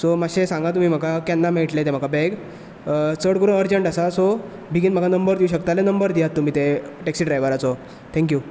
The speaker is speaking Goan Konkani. सो मातशें सांगा तुमी म्हाका केन्ना मेळटले ते म्हाका बॅग चड करुन अर्जंट आसा सो बेगीन म्हाका नंबर दिवंक शकता जाल्यार नंबर दियात ते टॅक्सी ड्रायव्हराचो थॅक्यू